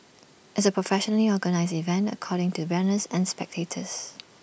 it's A professionally organised event catering to runners and spectators